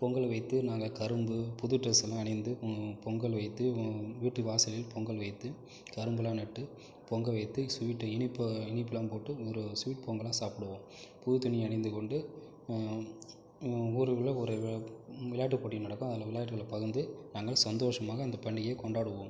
பொங்கல் வைத்து நாங்கள் கரும்பு புது ட்ரெஸ்சலாம் அணிந்து பொங்கல் வைத்து வீட்டு வாசலில் பொங்கல் வைத்து கரும்பெல்லாம் நட்டு பொங்கல் வைத்து ஸ்வீட் இனிப்பு இனிப்பலாம் போட்டு ஒரு ஸ்வீட் பொங்கலாக சாப்பிடுவோம் புது துணி அணிந்து கொண்டு ஊருகுள்ளே ஒரு விளையாட்டு போட்டி நடக்கும் அதில் விளையாட்டுல பகுந்து நாங்கள் சந்தோஷமாக அந்த பண்டிகையை கொண்டாடுவோம்